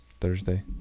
Thursday